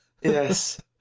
Yes